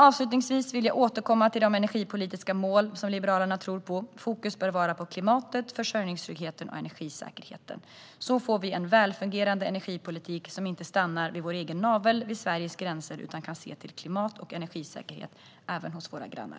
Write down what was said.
Avslutningsvis vill jag återkomma till de energipolitiska mål som Liberalerna tror på. Fokus bör vara på klimatet, försörjningstryggheten och energisäkerheten. Så får vi en välfungerande energipolitik som inte stannar vid vår egen navel, vid Sveriges gränser, utan kan se till klimat och energisäkerhet även hos våra grannar.